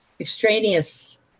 extraneous